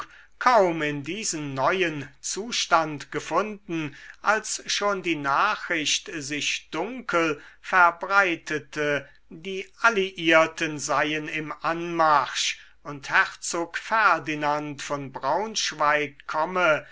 kaum in diesen neuen zustand gefunden als schon die nachricht sich dunkel verbreitete die alliierten seien im anmarsch und herzog ferdinand von braunschweig komme